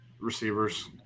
receivers